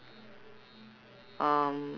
um